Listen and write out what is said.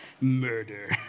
Murder